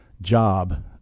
job